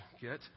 get